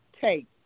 take